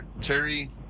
Terry